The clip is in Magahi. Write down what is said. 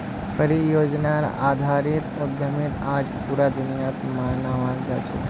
परियोजनार आधारित उद्यमिताक आज पूरा दुनियात मानाल जा छेक